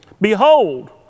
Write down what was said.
behold